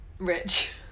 Rich